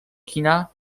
kina